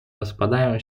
rozpadają